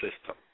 system